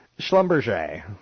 Schlumberger